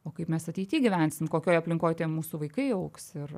o kaip mes ateity gyvensim kokioj aplinkoj tie mūsų vaikai augs ir